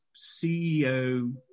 CEO